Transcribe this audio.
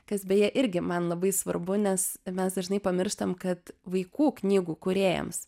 kas beje irgi man labai svarbu nes mes dažnai pamirštam kad vaikų knygų kūrėjams